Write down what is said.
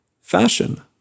Fashion